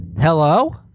Hello